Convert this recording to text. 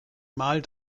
mal